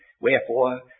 Wherefore